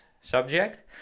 subject